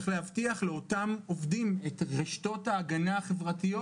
צריך להבטיח לאותם עובדים את רשתות ההגנה החברתיות,